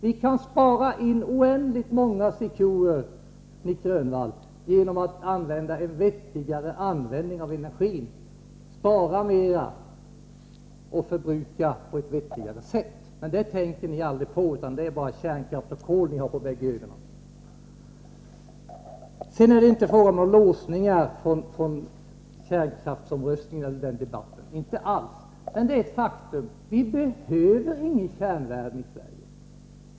Vi kan spara in oändligt många Secure, Nic Grönvall, genom en vettigare användning av energin: spara mera och förbruka på ett vettigare sätt. Men det tänker ni aldrig på, utan det är bara kärnkraft och kol ni har på bägge ögonen. Sedan vill jag säga att det inte är fråga om några låsningar från debatten om kärnkraftsomröstningen — inte alls. Men det är ett faktum att vi inte behöver någon kärnvärme i Sverige.